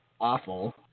awful